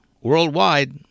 worldwide